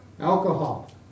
Alcohol